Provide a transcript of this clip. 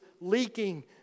leaking